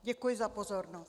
Děkuji za pozornost.